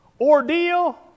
ordeal